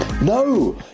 No